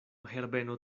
herbeno